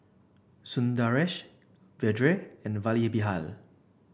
Sundaresh Vedre and Vallabhbhai